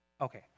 Okay